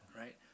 right